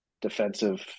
defensive